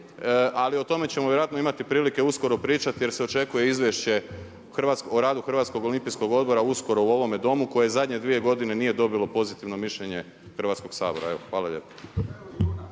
ali o tome ćemo vjerojatno imati prilike uskoro pričati jer se očekuje izvješće o radu Hrvatskog olimpijskog odbora uskoro u ovome Domu koje zadnje dvije godine nije dobilo pozitivno mišljenje Hrvatskoga sabora. Evo,